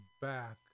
back